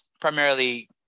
primarily